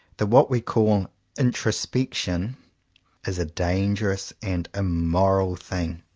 that what we call introspection is a dangerous and immoral thing,